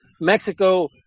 Mexico –